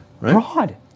Broad